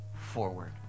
forward